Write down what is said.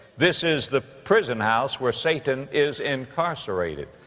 this is the prison house where satan is incarcerated.